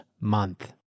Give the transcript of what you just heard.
month